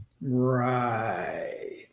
Right